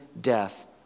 death